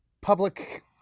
public